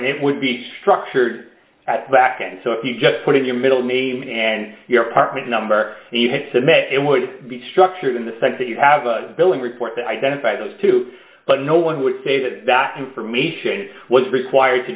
and it would be structured back and so you just put in your middle name and your apartment number and you had to make it would be structured in the sense that you have a billing report to identify those two but no one would say that that information was required to